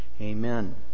amen